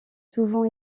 souvent